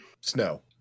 Snow